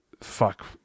Fuck